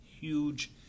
huge